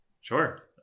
Sure